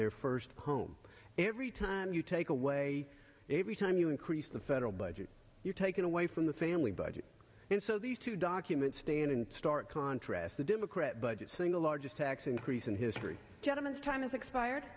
their first home every time you take away every time you increase the federal budget you're taking away from the family budget and so these two documents stand in stark contrast the democrat budget single largest tax increase in history gentleman's time is expired